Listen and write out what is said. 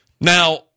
Now